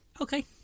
Okay